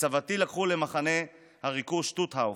את סבתי לקחו למחנה הריכוז שטוטהוף,